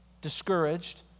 discouraged